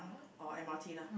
or M_R_T lah